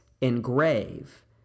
engrave